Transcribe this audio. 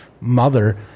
mother